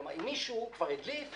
כלומר אם מישהו כבר הדליף,